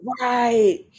Right